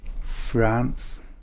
France